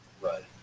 Right